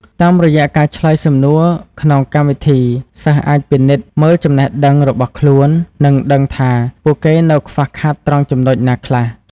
តាមរយៈការឆ្លើយសំណួរក្នុងកម្មវិធី សិស្សអាចពិនិត្យមើលចំណេះដឹងរបស់ខ្លួន និងដឹងថាពួកគេនៅខ្វះខាតត្រង់ចំណុចណាខ្លះ។